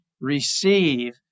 receive